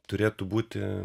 turėtų būti